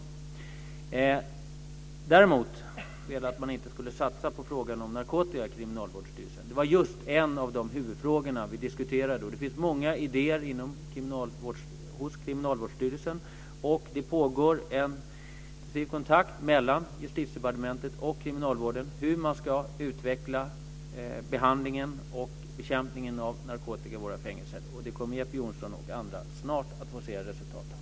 Sedan var det frågan om att det inte skulle ske satsningar på narkotika inom Kriminalvårdsstyrelsen. Det var en av huvudfrågorna som vi diskuterade. Det finns många idéer hos Kriminalvårdsstyrelsen. Det pågår en intensiv kontakt mellan Justitiedepartementet och kriminalvården om hur behandlingen och bekämpningen av narkotika i fängelserna ska utvecklas. Det kommer Jeppe Johnsson och andra att snart få se resultatet av.